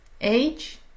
Age